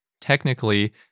Technically